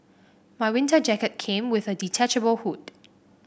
my winter jacket came with a detachable hood